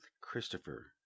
Christopher